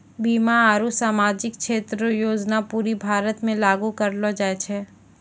बीमा आरू सामाजिक क्षेत्र रो योजना पूरे भारत मे लागू करलो जाय छै